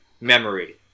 memory